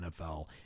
NFL